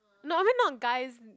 no I mean not guys